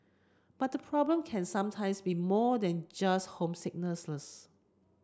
but the problem can sometimes be more than just homesickness